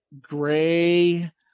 gray